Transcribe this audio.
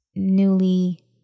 newly